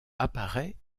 apparaît